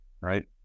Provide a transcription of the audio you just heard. right